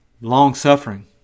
long-suffering